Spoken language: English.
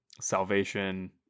salvation